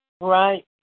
Right